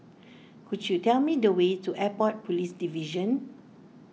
could you tell me the way to Airport Police Division